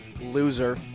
Loser